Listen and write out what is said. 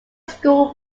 school